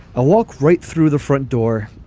a walk right through the front door.